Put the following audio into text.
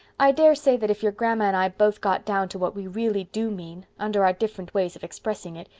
i daresay that if your grandma and i both got down to what we really do mean, under our different ways of expressing it,